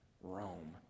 Rome